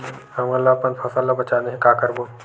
हमन ला अपन फसल ला बचाना हे का करबो?